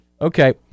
Okay